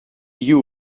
you